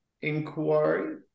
inquiry